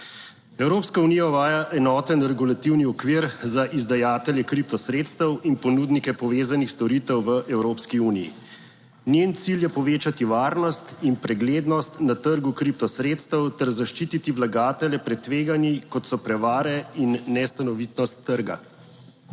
Evropska unija uvaja enoten regulativni okvir za izdajatelje kriptosredstev in ponudnike povezanih storitev v Evropski uniji. Njen cilj je povečati varnost in preglednost na trgu kriptosredstev ter zaščititi vlagatelje pred tveganji kot so prevare in nestanovitnost trga.